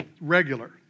regular